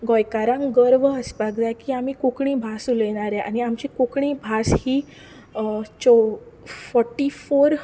गोंयकारांक गर्व आसपाक जाय की आमी कोंकणी भास उलयणारे आनी आमची कोंकणी भास ही चौ फोरटी फोर